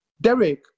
Derek